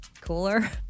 cooler